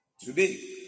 Today